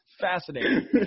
Fascinating